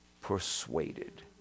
persuaded